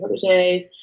holidays